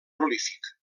prolífic